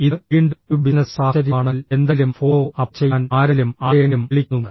ഇത് വീണ്ടും ഒരു ബിസിനസ്സ് സാഹചര്യമാണെങ്കിൽ എന്തെങ്കിലും ഫോളോ അപ്പ് ചെയ്യാൻ ആരെങ്കിലും ആരെയെങ്കിലും വിളിക്കുന്നു